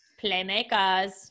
playmakers